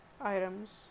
items